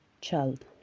child